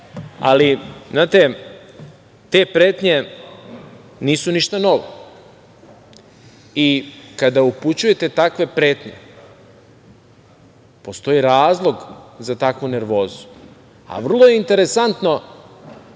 ali znate, te pretnje nisu ništa novo i kada upućujete takve pretnje postoji razlog za takvu nervozu, a vrlo je interesantno